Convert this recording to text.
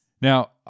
Now